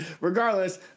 regardless